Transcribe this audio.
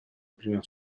prima